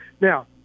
now